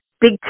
big